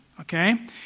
okay